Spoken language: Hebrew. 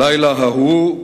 בלילה ההוא,